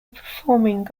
performing